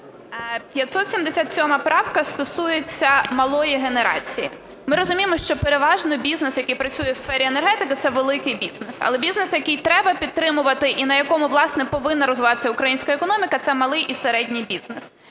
577 правка стосується малої генерації. Ми розуміємо, що переважно бізнес, який працює у сфері енергетики, - це великий бізнес. Але бізнес, який треба підтримувати і на якому, власне, повинна розвиватись українська економіка – це малий і середній бізнес.